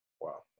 Wow